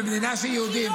במדינה של יהודים.